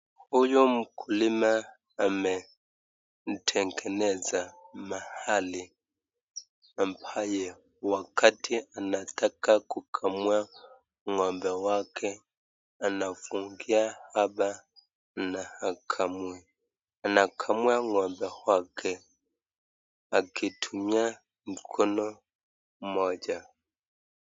Huyu mkulima ametengeneza mahali ambaye wakati anataka kukamua ng'ombe wake anafungia hapa na akamue. Anakamua ng'ombe wake akitumia mkono mmoja.